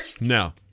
No